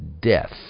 death